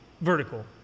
vertical